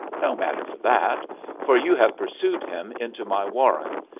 no matter for that for you have pursued him into my warren,